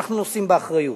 אנחנו נושאים באחריות.